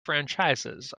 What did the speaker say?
franchises